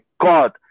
God